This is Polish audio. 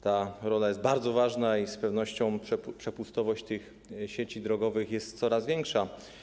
Ta rola jest bardzo ważna i z pewnością przepustowość tych sieci drogowych jest coraz większa.